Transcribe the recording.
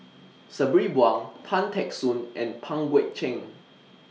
Sabri Buang Tan Teck Soon and Pang Guek Cheng